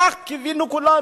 כך קיווינו כולנו.